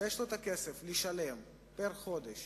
ויש לו את הכסף לשלם מדי חודש